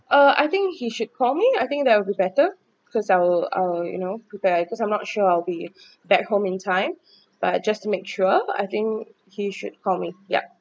uh I think he should call me I think that would be better because I'll I'll you know prepared cause I'm not sure I'll be back home in time but just make sure I think he should call me yup